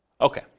Okay